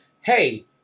Hey